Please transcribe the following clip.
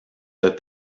that